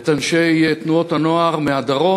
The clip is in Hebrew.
את אנשי תנועות הנוער מהדרום,